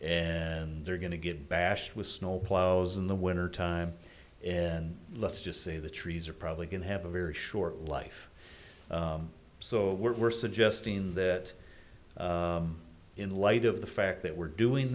and they're going to get bashed with snowplows in the winter time and let's just say the trees are probably going to have a very short life so we're suggesting that in light of the fact that we're doing